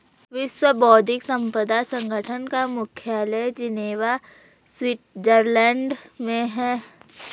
विश्व बौद्धिक संपदा संगठन का मुख्यालय जिनेवा स्विट्जरलैंड में है